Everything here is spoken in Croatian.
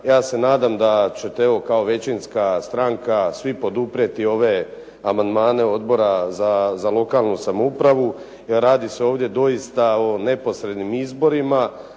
Ja se nadam da ćete evo kao većinska stranka svi poduprijeti ove amandmane Odbora za lokalnu samoupravu jer radi se ovdje doista o neposrednim izborima,